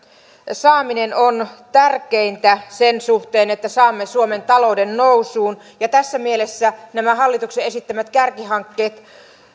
saaminen on tärkeintä sen suhteen että saamme suomen talouden nousuun ja tässä mielessä nämä hallituksen esittämät kärkihankkeet